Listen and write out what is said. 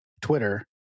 Twitter